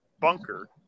bunker